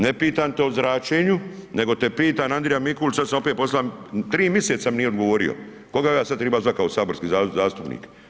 Ne pitam te o zračenju nego te pitam Andrija Mikulić sada sam opet posla, tri miseca mi nije odgovorio, koga ja sada triba sada kao saborski zastupnik?